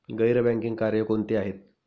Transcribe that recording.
गैर बँकिंग कार्य कोणती आहेत?